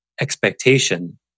expectation